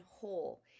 whole